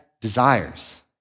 desires